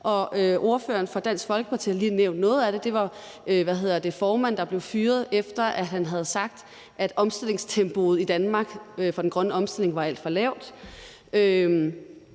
ordføreren for Dansk Folkeparti har lige nævnt noget af det. Det var formanden, der blev fyret, efter at han havde sagt, at omstillingstempoet i Danmark for den grønne omstilling var alt for lavt.